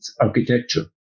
architecture